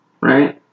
right